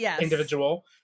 individual